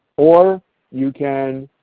or you can